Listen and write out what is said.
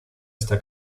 esta